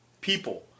people